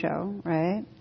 right